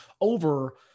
over